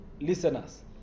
listeners